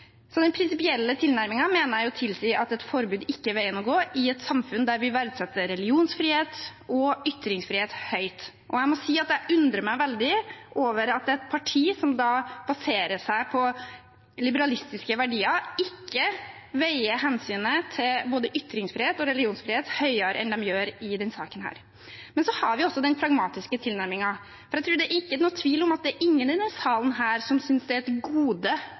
Så den prinsipielle tilnærmingen mener jeg tilsier at et forbud ikke er veien å gå i et samfunn der vi verdsetter religionsfrihet og ytringsfrihet høyt. Og jeg undrer meg veldig over at et parti som baserer seg på liberalistiske verdier, ikke veier hensynet til både ytringsfrihet og religionsfrihet høyere enn de gjør i denne saken. Men så har vi den pragmatiske tilnærmingen. Jeg tror ikke det er noen tvil om at det er ingen i denne salen som synes det er et gode